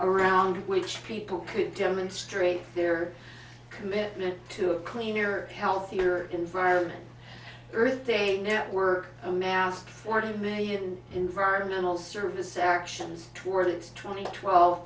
around which people could demonstrate their commitment to a cleaner healthier environment earth day network announced forty million environmental service actions towards twenty twelve